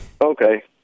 Okay